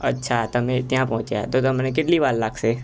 અચ્છા તમે ત્યાં પહોંચ્યા તો તમને કેટલી વાર લાગશે